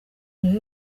niwe